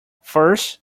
first